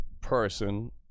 person